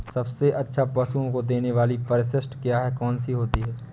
सबसे अच्छा पशुओं को देने वाली परिशिष्ट क्या है? कौन सी होती है?